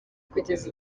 kugeza